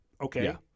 Okay